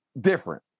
different